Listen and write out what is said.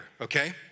okay